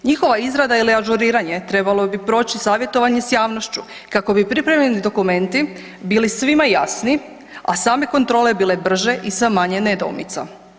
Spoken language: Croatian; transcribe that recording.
Njihova izrada ili ažuriranje trebalo bi proći savjetovanje s javnošću kako bi pripremljeni dokumenti bili svima jasno a same kontrole bile brže i sa manje nedoumica.